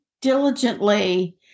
diligently